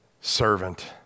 servant